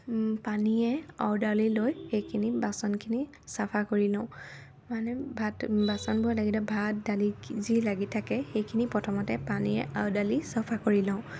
পানীয়ে আউদালি লৈ সেইখিনি বাচনখিনি চাফা কৰি লওঁ মানে ভাত বাচনবোৰত লাগি থকা ভাত দালি যি লাগি থাকে সেইখিনি প্ৰথমতে পানীৰে আউদালি চাফা কৰি লওঁ